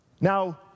Now